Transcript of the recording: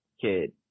kid